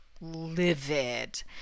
livid